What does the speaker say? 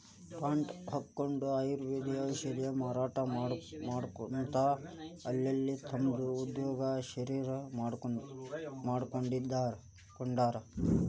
tent ಹಕ್ಕೊಂಡ್ ಆಯುರ್ವೇದ ಔಷಧ ಮಾರಾಟಾ ಮಾಡ್ಕೊತ ಅಲ್ಲಲ್ಲೇ ತಮ್ದ ಉದ್ಯೋಗಾ ಶುರುರುಮಾಡ್ಕೊಂಡಾರ್